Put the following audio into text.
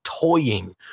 toying